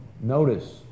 notice